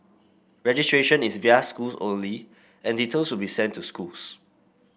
registration is via schools only and details will be sent to schools